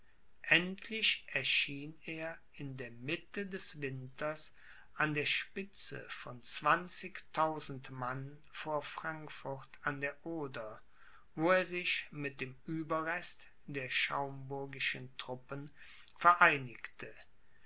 endlich erschien er in der mitte des winters an der spitze von zwanzigtausend mann vor frankfurt an der oder wo er sich mit dem ueberrest der schaumburgischen truppen vereinigte